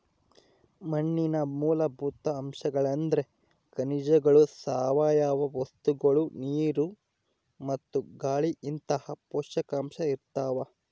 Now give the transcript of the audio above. ಮಣ್ಣಿನ ಮೂಲಭೂತ ಅಂಶಗಳೆಂದ್ರೆ ಖನಿಜಗಳು ಸಾವಯವ ವಸ್ತುಗಳು ನೀರು ಮತ್ತು ಗಾಳಿಇಂತಹ ಪೋಷಕಾಂಶ ಇರ್ತಾವ